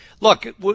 look